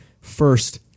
first